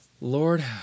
Lord